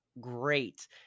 great